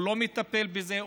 הוא לא מטפל בזה,